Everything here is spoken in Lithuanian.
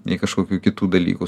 nei kažkokių kitų dalykų